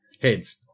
heads